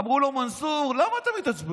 אמרו לו: מנסור, למה אתה מתעצבן?